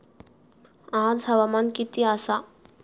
आज हवामान किती आसा?